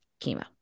chemo